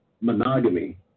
monogamy